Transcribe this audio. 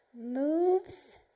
moves